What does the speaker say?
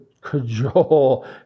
Cajole